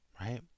Right